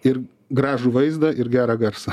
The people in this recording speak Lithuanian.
ir gražų vaizdą ir gerą garsą